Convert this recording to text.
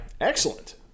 excellent